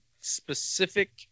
specific